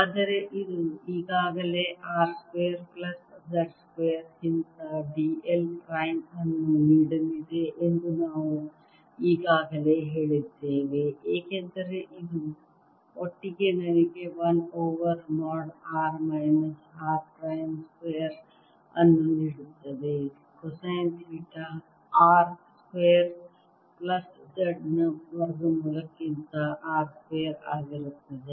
ಆದರೆ ಇದು ಈಗಾಗಲೇ R square plus z square ಗಿಂತ d l ಪ್ರೈಮ್ ಅನ್ನು ನೀಡಲಿದೆ ಎಂದು ನಾವು ಈಗಾಗಲೇ ಹೇಳಿದ್ದೇವೆ ಏಕೆಂದರೆ ಇದು ಒಟ್ಟಿಗೆ ನನಗೆ 1 ಓವರ್ ಮೋಡ್ Rಮೈನಸ್ R ಪ್ರೈಮ್ ಸ್ಕ್ವೇರ್ ಅನ್ನು ನೀಡುತ್ತದೆ cosine theta R square plus z ನ ವರ್ಗಮೂಲಕ್ಕಿಂತ R ಸ್ಕ್ವೇರ್ ಆಗಿರುತ್ತದೆ